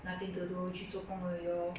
nothing to do 去做工而已 lor